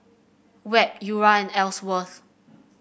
Webb Eura and Ellsworth